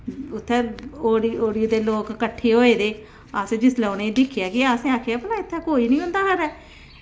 उत्थे दे लोग किट्ठे होये दे असें जिसलै दिक्खेआ की इत्थें कोई बी निं घर ऐ